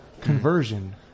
conversion